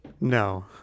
no